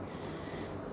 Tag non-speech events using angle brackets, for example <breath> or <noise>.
<breath>